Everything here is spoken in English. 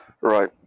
Right